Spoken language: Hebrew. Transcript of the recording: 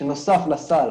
שנוסף לסל